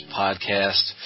podcast